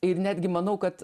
ir netgi manau kad